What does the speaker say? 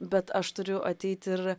bet aš turiu ateit ir